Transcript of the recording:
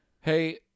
hey